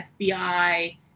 FBI